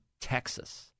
Texas